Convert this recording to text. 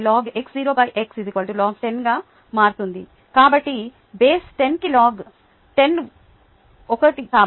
కాబట్టి బేస్ 10 కి log 10 1 కాబట్టి D 2